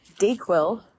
DayQuil